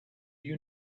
you